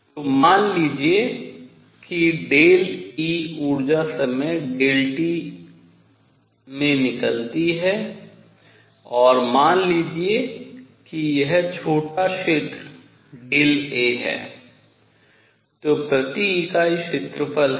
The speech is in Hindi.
तो मान लीजिए कि ΔE ऊर्जा समय t में निकलती है और मान लीजिए कि यह क्षेत्र छोटा क्षेत्र A है तो प्रति इकाई क्षेत्रफल है